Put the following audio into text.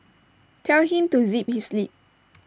tell him to zip his lip